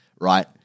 right